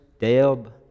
Deb